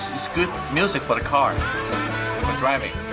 music for the car, for driving.